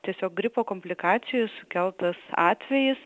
tiesiog gripo komplikacijų sukeltas atvejis